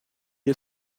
est